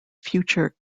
future